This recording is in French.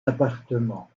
appartement